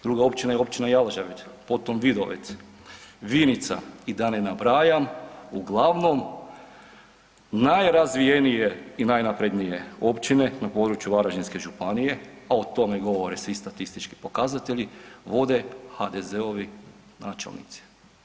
Druga općina je općina Jalžabet, potom Vidovec, Vinica i da ne nabrajam uglavnom najrazvijenije i najnaprednije općine na području Varaždinske županije, a o tome govore svi statistički pokazatelji vode HDZ-ovi načelnici.